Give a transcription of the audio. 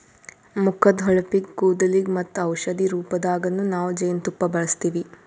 ಮುಖದ್ದ್ ಹೊಳಪಿಗ್, ಕೂದಲಿಗ್ ಮತ್ತ್ ಔಷಧಿ ರೂಪದಾಗನ್ನು ನಾವ್ ಜೇನ್ತುಪ್ಪ ಬಳಸ್ತೀವಿ